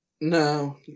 No